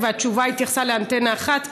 והתשובה התייחסה לאנטנה אחת.